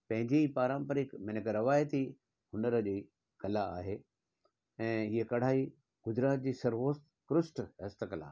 पंहिंजी पारंपरिक हिकु रवाइती हुनर जी कला आहे ऐं हीअ कढ़ाई गुजरात जी सर्वोकृष्ट हस्त कला आहे